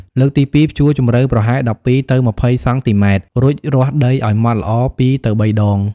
លើកទី២ ភ្ជួរជំរៅប្រហែល ១២ ទៅ ២០ សង់ទីម៉ែត្រ រួចរាស់ដីឲ្យម៉ត់ល្អ ២ ទៅ ៣ ដង។